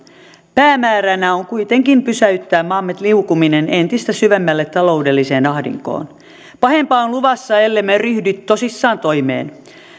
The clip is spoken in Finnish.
päämääränä on kuitenkin pysäyttää maamme liukuminen entistä syvemmälle taloudelliseen ahdinkoon pahempaa on luvassa ellemme ryhdy tosissaan toimeen